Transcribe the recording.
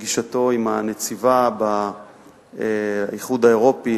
פגישתו לא מכבר עם הנציבה באיחוד האירופי,